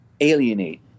alienate